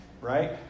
right